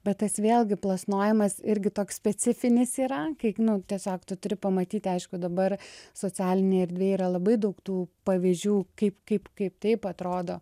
bet tas vėlgi plasnojimas irgi toks specifinis yra kaip nu tiesiog tu turi pamatyti aišku dabar socialinėje erdvėje yra labai daug tų pavyzdžių kaip kaip kaip taip atrodo